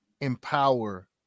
empower